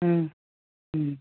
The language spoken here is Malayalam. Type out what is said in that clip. ഉം ഉം